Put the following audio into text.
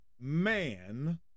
man